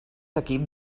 equip